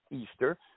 Easter